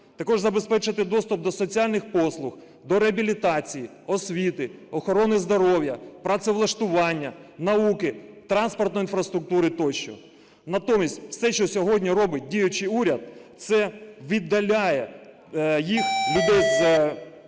Також забезпечити доступ до соціальних послуг, до реабілітації, освіти, охорони здоров'я, працевлаштування, науки, транспортної інфраструктури тощо. Натомість все, що сьогодні робить діючий уряд, це віддаляє їх, людей з